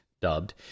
dubbed